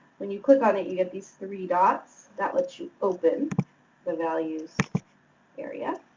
when you click on it you get these three dots that let you open the values area.